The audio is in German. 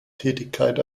tätigkeit